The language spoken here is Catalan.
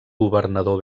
governador